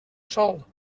sol